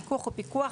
הפיקוח הוא פיקוח.